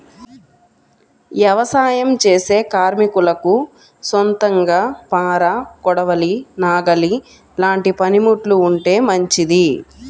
యవసాయం చేసే కార్మికులకు సొంతంగా పార, కొడవలి, నాగలి లాంటి పనిముట్లు ఉంటే మంచిది